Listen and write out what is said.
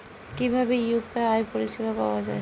কিভাবে ইউ.পি.আই পরিসেবা পাওয়া য়ায়?